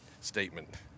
statement